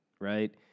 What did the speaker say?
right